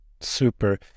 Super